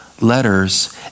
letters